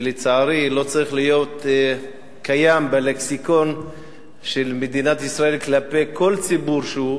שלצערי לא צריך להיות קיים בלקסיקון של מדינת ישראל כלפי כל ציבור שהוא,